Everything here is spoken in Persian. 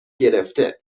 گرفته